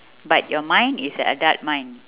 but your mind is an adult mind